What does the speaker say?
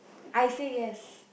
I say yes